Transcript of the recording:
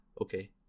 okay